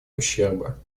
ущерба